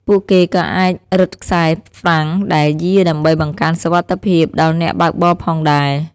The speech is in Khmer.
ពួកគេក៏អាចរឹតខ្សែហ្រ្វាំងដែលយារដើម្បីបង្កើនសុវត្ថិភាពដល់អ្នកបើកបរផងដែរ។